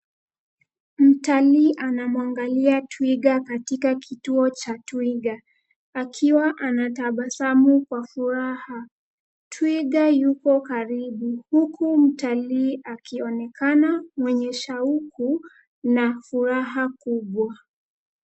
Mtalii anamwangalia twiga katika kituo cha twiga, na akiwa anatabasamu kwa furaha. Twiga yuko karibu, huku mtalii akionekana mwenye shauku na furaha kubwa.